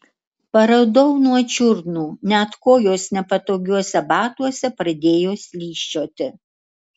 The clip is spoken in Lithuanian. paraudau nuo čiurnų net kojos nepatogiuose batuose pradėjo slysčioti